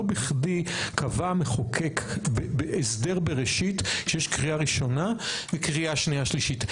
לא בכדי קבע המחוקק בהסדר בראשית שיש קריאה ראשונה וקריאה שנייה שלישית.